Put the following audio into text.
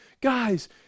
guys